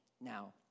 Now